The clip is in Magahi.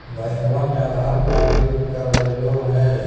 बैंकवा मे आधार कार्ड लिंक करवैलहो है?